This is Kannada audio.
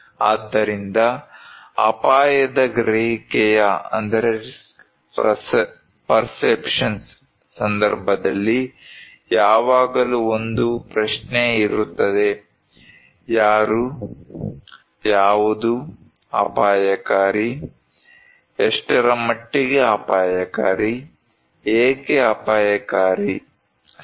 ಆದ್ದರಿಂದ ಅಪಾಯದ ಗ್ರಹಿಕೆಯ ಸಂದರ್ಭದಲ್ಲಿ ಯಾವಾಗಲೂ ಒಂದು ಪ್ರಶ್ನೆ ಇರುತ್ತದೆ ಯಾರು ಯಾವುದು ಅಪಾಯಕಾರಿ ಎಷ್ಟರ ಮಟ್ಟಿಗೆ ಅಪಾಯಕಾರಿ ಏಕೆ ಅಪಾಯಕಾರಿ ಸರಿ